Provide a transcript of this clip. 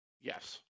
Yes